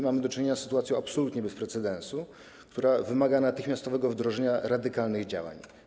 Mamy do czynienia z sytuacją absolutnie bez precedensu, która wymaga natychmiastowego wdrożenia radykalnych działań.